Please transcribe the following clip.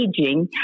aging